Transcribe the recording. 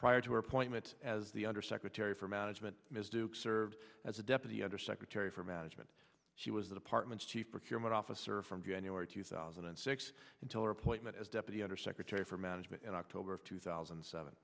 prior to her appointment as the undersecretary for management ms duke served as a deputy undersecretary for management she was the department's chief procurement officer from january two thousand and six until her appointment as deputy undersecretary for management in october of two thousand and seven